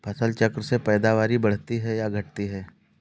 फसल चक्र से पैदावारी बढ़ती है या घटती है?